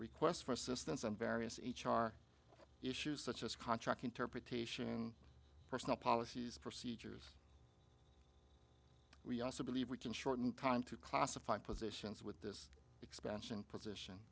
requests for assistance on various h r issues such as contract interpretation personnel policies procedures we also believe we can shorten time to classify positions with this expansion position